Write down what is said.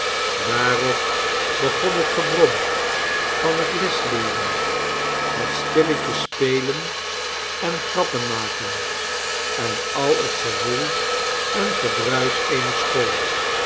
daarop begon het gebrom van het lessenleeren het stilletjes spelen en grappen maken en al het gewoel en gedruis eener school